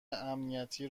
امنیتی